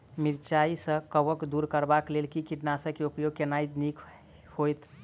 मिरचाई सँ कवक दूर करबाक लेल केँ कीटनासक केँ उपयोग केनाइ नीक होइत?